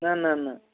نہَ نہَ نہَ